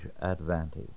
advantage